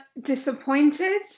disappointed